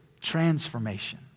transformation